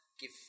give